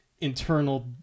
internal